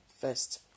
first